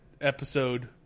episode